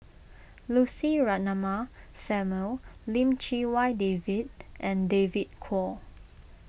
Lucy Ratnammah Samuel Lim Chee Wai David and David Kwo